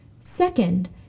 Second